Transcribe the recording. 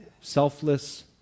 selfless